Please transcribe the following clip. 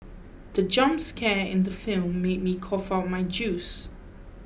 the jump scare in the film made me cough out my juice